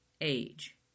age